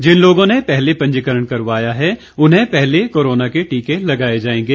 जिन लोगों ने पहले पंजीकरण करवाया है उन्हें पहले कोरोना के टीके लगाए जायेंगे